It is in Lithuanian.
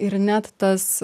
ir net tas